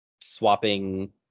swapping